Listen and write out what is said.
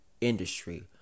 industry